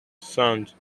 sound